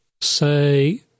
say